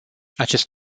acest